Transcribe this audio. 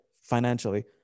financially